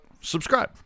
subscribe